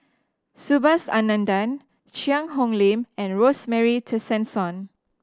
Subhas Anandan Cheang Hong Lim and Rosemary Tessensohn